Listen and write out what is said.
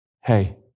hey